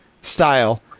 style